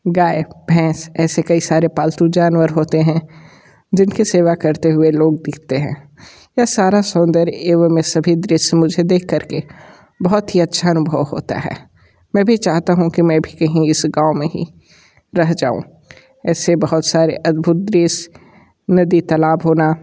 गाय भैंस ऐसे कई सारे पालतू जानवर होते हैं जिनकी सेवा करते हुए लोग दिखते हैं या सारा सौंदर्य एवम यह सभी दृश्य मुझे देख कर के बहुत ही अच्छा अनुभव होता है मैं भी चाहता हूँ कि मैं भी कहीं इस गाँव में ही रह जाऊँ ऐसे बहुत सारे अद्भुत दृश्य नदी तालाब होना